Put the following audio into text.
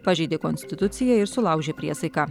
pažeidė konstituciją ir sulaužė priesaiką